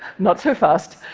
not so fast.